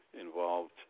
involved